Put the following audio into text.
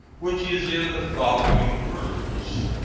which is in the following words